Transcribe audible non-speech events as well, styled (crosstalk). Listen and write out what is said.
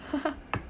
(laughs)